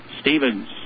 stevens